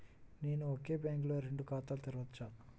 నేను ఒకే బ్యాంకులో రెండు ఖాతాలు తెరవవచ్చా?